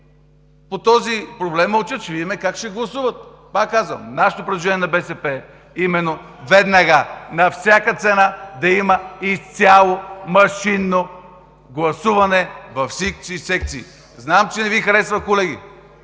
по този проблем мълчат – ще видим как ще гласуват. Повтарям, нашето предложение, на БСП – веднага, на всяка цена да има изцяло машинно гласуване във всички секции! Знам, че не Ви харесва, колеги,